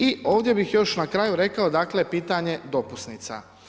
I ovdje bih još na kraju rekao, dakle pitanje dopusnica.